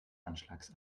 anschlags